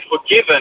forgiven